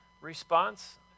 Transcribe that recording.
response